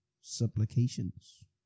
supplications